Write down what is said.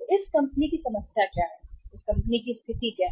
इस कंपनी की समस्या क्या है इस कंपनी में क्या स्थिति है